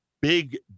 big